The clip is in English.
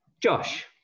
Josh